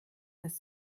dass